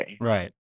Right